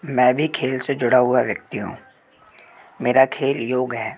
मैं भी खेल से जुड़ा हुआ व्यक्ति हूँ मेरा खेल योग है